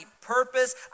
purpose